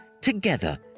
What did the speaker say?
together